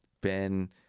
Ben